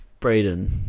Brayden